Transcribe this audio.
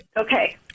Okay